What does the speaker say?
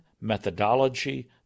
methodology